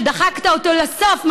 שדחקת אותו לסוף,